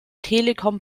telekom